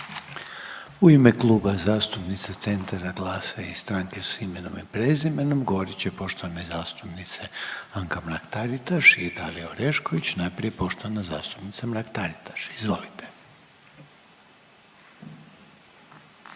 U ime Kluba zastupnika Centra, GLAS-a i Stranke s imenom i prezimenom govorit će poštovane zastupnice Anka Mrak Taritaš i Dalija Orešković, najprije poštovana zastupnica Mrak Taritaš. Izvolite.